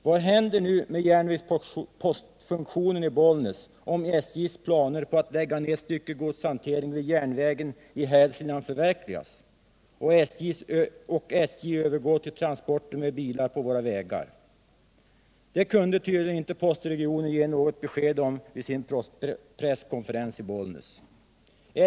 Vad händer nu med järnvägspostfunktionen i Bollnäs om SJ:s planer på att lägga ned styckegodshanteringen vid järnvägen i Hälsingland förverkligas och SJ övergår till transporter med bilar på våra vägar? Det kunde tydligen inte postregionen ge något besked om vid sin presskonferens i Bollnäs.